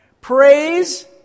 praise